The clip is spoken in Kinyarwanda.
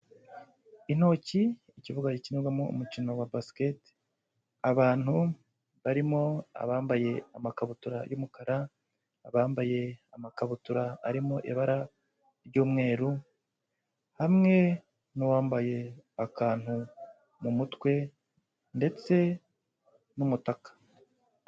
Intoki, ikibuga gikinirwamo umukino wa basiketi, abantu barimo abambaye amakabutura y'umukara, bambaye amakabutura arimo ibara ry'umweru, hamwe n'uwambaye akantu mu mutwe, ndetse n'umutaka.